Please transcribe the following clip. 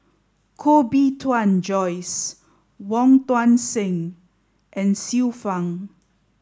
Koh Bee Tuan Joyce Wong Tuang Seng and Xiu Fang